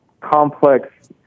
complex